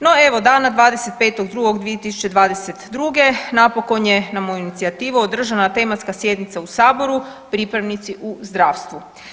No, evo dana 25.2.2022. napokon je na moju inicijativu održana tematska sjednica u saboru, pripravnici u zdravstvu.